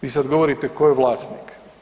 Vi sad govorite tko je vlasnik.